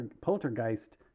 Poltergeist